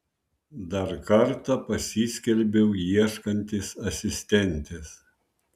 dar kartą pasiskelbiau ieškantis asistentės